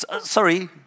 Sorry